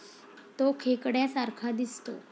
तो खेकड्या सारखा दिसतो